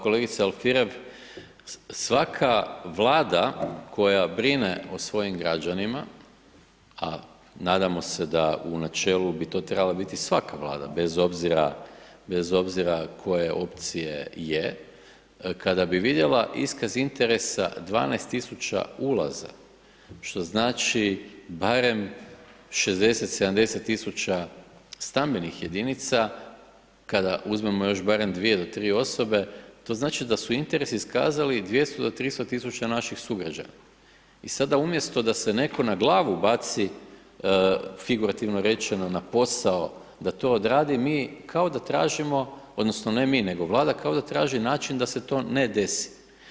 Kolegice Alfirev, svaka Vlada koja brine o svojim građanima, a nadamo se da u načelu bi to trebala biti svaka Vlada bez obzira, bez obzira koje opcije je, kada bi vidjela iskaz interesa 12000 ulaza što znači barem 60-70 000 stambenih jedinica, kada uzmemo još barem 2-3 osobe, to znači da su interesi iskazali 200-300 000 naših sugrađana i sada umjesto da se netko na glavu baci, figurativno rečeno, na posao da to odradi, mi kao da tražimo odnosno ne mi nego Vlada kao da traži način da se to ne desi.